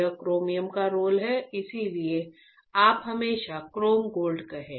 वह क्रोमियम का एक रोल है इसलिए आप हमेशा क्रोम गोल्ड कहें